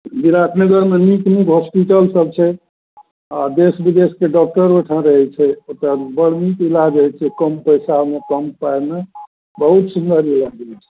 विराट नगरमे नीक नीक हॉसपिटलसब छै आओर देश विदेशके डॉकटर ओहिठाम रहै छै ओतए बड़ नीक इलाज होइ छै कम पइसामे कम पाइमे बहुत सुन्दर इलाज होइ छै